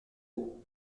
beau